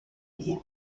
bien